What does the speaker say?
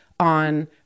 on